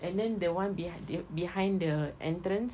and then the [one] behind behind the entrance